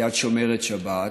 כי את שומרת שבת,